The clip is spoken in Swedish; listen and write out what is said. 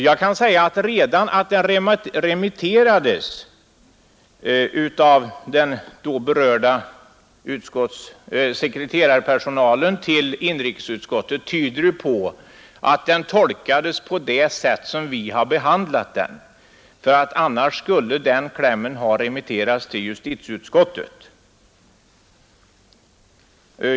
Redan det förhållandet att motionen av den berörda sekreterarpersonalen remitterades till inrikesutskottet tyder på att den tolkades på det sätt som vi har behandlat den. Annars skulle den klämmen ha remitterats till justitieutskottet.